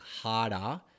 harder